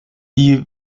die